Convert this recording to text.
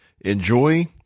Enjoy